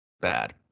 bad